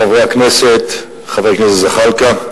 חברי הכנסת, חבר הכנסת זחאלקה,